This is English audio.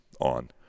on